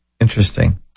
Interesting